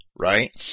Right